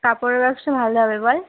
কাপড়ের ব্যবসা ভালো হবে বল